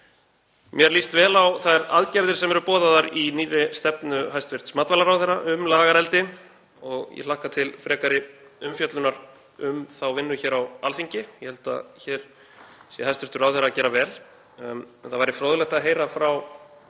Mér líst vel á þær aðgerðir sem eru boðaðar í nýrri stefnu hæstv. matvælaráðherra um lagareldi og ég hlakka til frekari umfjöllunar um þá vinnu hér á Alþingi. Ég held að hér sé hæstv. ráðherra að gera vel. Það væri fróðlegt að heyra frá ráðherra